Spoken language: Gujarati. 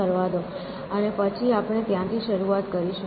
અને પછી આપણે ત્યાંથી શરૂઆત કરીશું